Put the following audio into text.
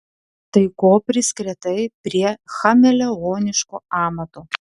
tai ko priskretai prie chameleoniško amato